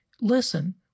listen